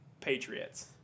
Patriots